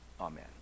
Amen